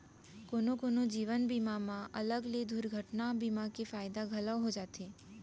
कोनो कोनो जीवन बीमा म अलग ले दुरघटना बीमा के फायदा घलौ हो जाथे